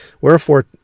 wherefore